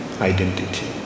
identity